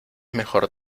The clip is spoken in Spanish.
mejor